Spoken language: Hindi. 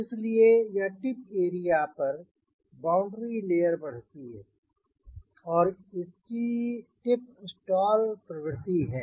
इसलिए यह टिप एरिया पर वह बाउंड्री लेयर बढ़ती है और इसकी टिप स्टाल प्रवृत्ति है